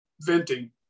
venting